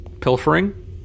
pilfering